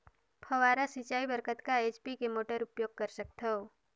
फव्वारा सिंचाई बर कतका एच.पी के मोटर उपयोग कर सकथव?